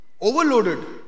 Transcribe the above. overloaded